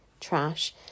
Trash